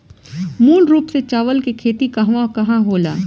मूल रूप से चावल के खेती कहवा कहा होला?